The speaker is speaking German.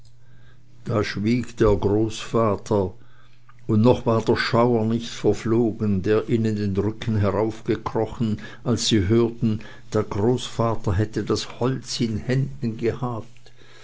da schwieg der großvater und noch war der schauer nicht verflogen der ihnen den rücken heraufgekrochen als sie hörten der großvater hätte das holz in händen gehabt